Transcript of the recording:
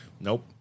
Nope